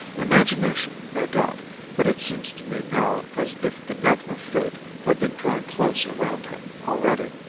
imagination, no doubt but it seems to me now as if the net of fate had been drawn closer round him already.